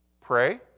pray